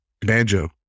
banjo